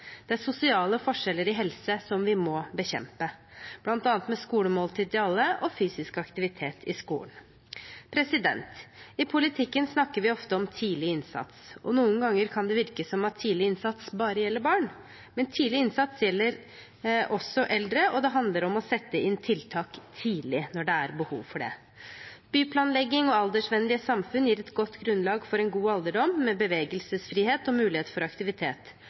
Det er sosiale forskjeller i helse som vi må bekjempe, bl.a. med skolemåltid til alle og fysisk aktivitet i skolen. I politikken snakker vi ofte om tidlig innsats, og noen ganger kan det virke som om tidlig innsats bare gjelder barn. Men tidlig innsats gjelder også eldre, og det handler om å sette inn tiltak tidlig når det er behov for det. Byplanlegging og aldersvennlige samfunn gir et godt grunnlag for en god alderdom med bevegelsesfrihet og muligheter for aktivitet,